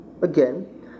again